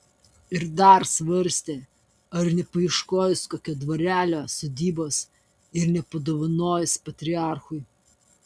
ir dar svarstė ar nepaieškojus kokio dvarelio sodybos ir nepadovanojus patriarchui